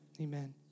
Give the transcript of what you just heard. Amen